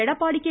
Edappadi K